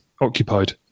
occupied